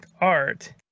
Art